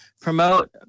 promote